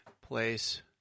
place